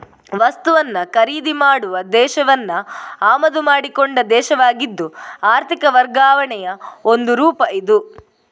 ವಸ್ತುವನ್ನ ಖರೀದಿ ಮಾಡುವ ದೇಶವನ್ನ ಆಮದು ಮಾಡಿಕೊಂಡ ದೇಶವಾಗಿದ್ದು ಆರ್ಥಿಕ ವರ್ಗಾವಣೆಯ ಒಂದು ರೂಪ ಇದು